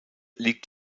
liegt